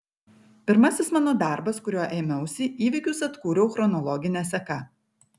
pirmasis mano darbas kurio ėmiausi įvykius atkūriau chronologine seka